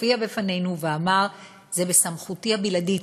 הופיע בפנינו ואמר: זה בסמכותי הבלעדית